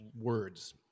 words